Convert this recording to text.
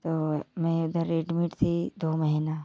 तो मैं मैं इधर एडमिट थी दो महीना